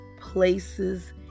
places